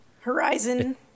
Horizon